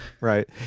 right